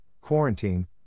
quarantine